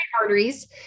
arteries